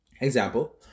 example